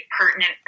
pertinent